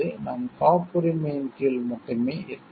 நாம் காப்புரிமையின் கீழ் மட்டுமே இருக்க முடியும்